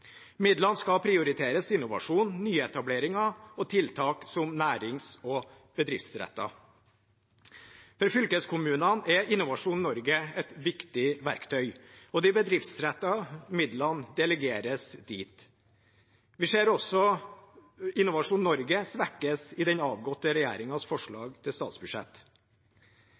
Midlene skal prioriteres til innovasjon, nyetableringer og tiltak som er nærings- og bedriftsrettede. For fylkeskommunene er Innovasjon Norge et viktig verktøy, og de bedriftsrettede midlene delegeres dit. Vi ser også at Innovasjon Norge svekkes i den avgåtte regjeringens forslag til statsbudsjett.